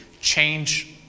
change